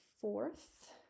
fourth